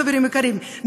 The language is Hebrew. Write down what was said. חברים יקרים,